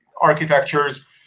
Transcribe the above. architectures